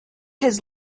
his